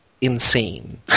insane